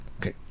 Okay